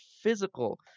physical